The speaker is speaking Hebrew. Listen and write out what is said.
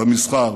במסחר,